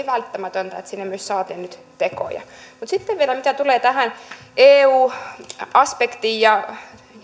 välttämätöntä että sinne myös saatiin nyt tekoja mutta sitten vielä mitä tulee tähän eu aspektiin ja